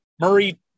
Murray